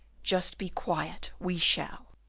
just be quiet we shall.